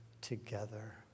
together